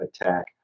attack